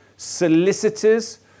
Solicitors